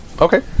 Okay